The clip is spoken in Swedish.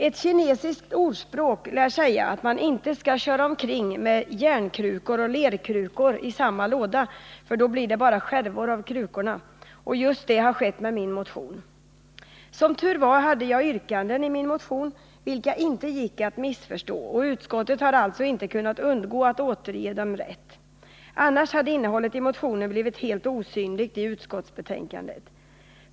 Ett kinesiskt ordspråk lär säga att man inte skall köra omkring med järnkrukor och lerkrukor i samma låda, för då blir det bara skärvor av krukorna. Just det har skett med min motion. Som tur var hade jag yrkanden i min motion, vilka inte gick att missförstå, och utskottet har alltså inte kunnat undgå att återge dem rätt. Annars hade innehållet i min motion blivit helt osynligt i utskottsbetänkandet.